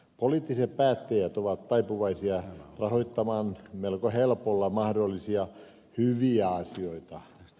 poliittiset päättäjät ovat taipuvaisia rahoittamaan melko helpolla mahdollisia hyviä asioita